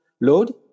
load